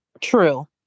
True